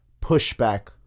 pushback